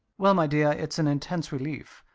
well, my dear, it's an intense relief.